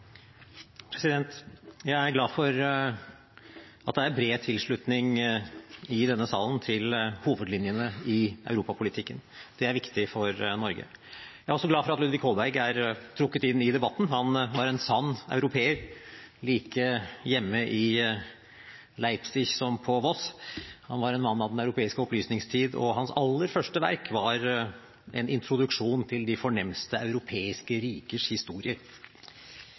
bred tilslutning i denne salen til hovedlinjene i europapolitikken. Det er viktig for Norge. Jeg er også glad for at Ludvig Holberg er trukket inn i debatten. Han var en sann europeer, like hjemme i Leipzig som på Voss. Han var en mann av den europeiske opplysningstid, og hans aller første verk var «Introduction til de